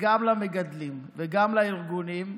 גם למגדלים וגם לארגונים: